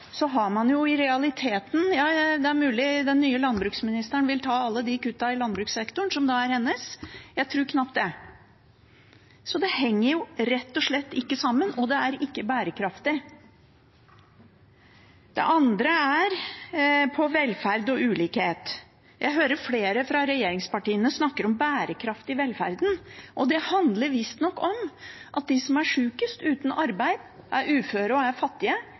så henger det rett og slett ikke sammen, og det er ikke bærekraftig. Det andre gjelder velferd og ulikhet. Jeg hører flere fra regjeringspartiene snakke om bærekraft i velferden, og det handler visstnok om at de som er sykest og uten arbeid, og de som er uføre og fattige, må oppleve kutt, mens de som er